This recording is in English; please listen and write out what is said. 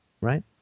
right